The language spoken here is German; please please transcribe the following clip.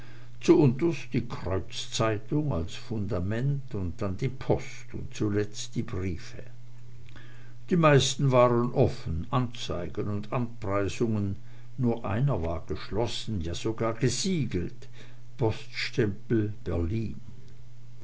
zuunterst die kreuzzeitung als fundament auf diese dann die post und zuletzt die briefe die meisten waren offen anzeigen und anpreisungen nur einer war geschlossen ja sogar gesiegelt poststempel berlin